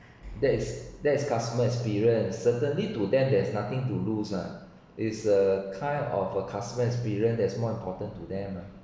that is that's customer experience certainly to them there's nothing to lose lah is a kind of a customer experience that is more important to them